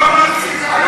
לא נורא, זה בסדר.